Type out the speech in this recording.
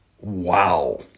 Wow